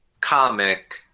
comic